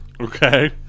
Okay